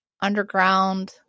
underground